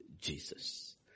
Jesus